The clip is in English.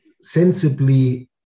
sensibly